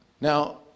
Now